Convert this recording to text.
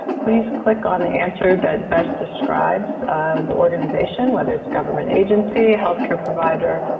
please click on the answer that best describes the organization, whether it's government agency, health care provider,